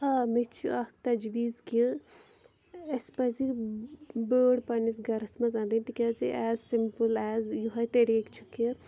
آ مےٚ چھِ اَکھ تجویٖز کہِ اَسہِ پَزِ بٲڈ پَنٛنِس گَرَس منٛز اَنٕنۍ تِکیٛازِ ایز سِمپٕل ایز یِہوٚے طٔریٖقہٕ چھِ کہِ